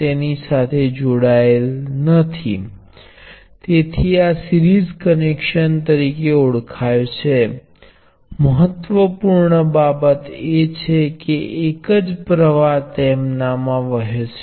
તેથી n1 અને n2ની વચ્ચે મારી પાસે એક રેઝિસ્ટર છે જેનું મૂલ્ય આ વોલ્ટ દ્વારા આપવામાં આવ્યું છે